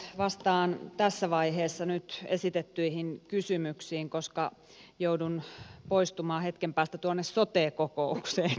vastaan tässä vaiheessa nyt esitettyihin kysymyksiin koska joudun poistumaan hetken päästä tuonne sote kokoukseen